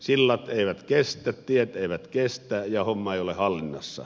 sillat eivät kestä tiet eivät kestä ja homma ei ole hallinnassa